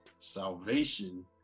Salvation